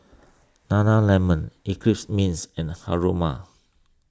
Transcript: Nana Lemon Eclipse Mints and Haruma